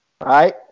Right